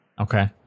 Okay